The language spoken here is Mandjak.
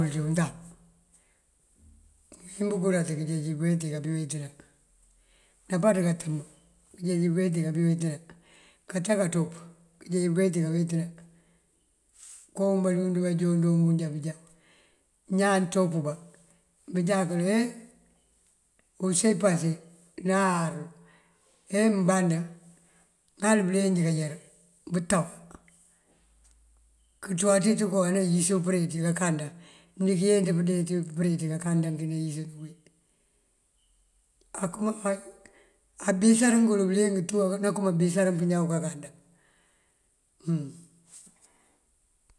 Dí untab, mëwín bëgurat kënjeej búweeti kabi weetina, nampaţ kantamb kënjeeji búweti kabi wetina, kata kanţop kënjeej búweti kabi wetina. Kooŋ balund bajon jába bujá ñaan ţopëba bëjá kël hee use pase na arul ajá mëmband ŋal bëlenj kayër butawa kënţuwa ţí ţënko anawisëba përe ţí kankanda mëndiŋ yenţ pëndee përe ţí kankanda kí nawisëna kí akëma. Abísari ngël bëliyëng tú anakëma abisarin kañaw kankanda hum.